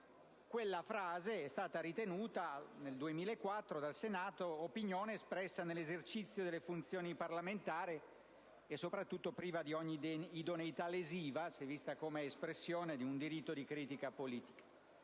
Quella frase è stata ritenuta nel 2004 dal Senato opinione espressa nell'esercizio delle sue funzioni di parlamentare e priva di ogni idoneità lesiva, se vista come espressione di un diritto di critica politica.